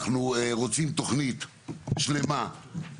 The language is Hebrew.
אנחנו רוצים תוכנית שלמה,